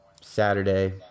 Saturday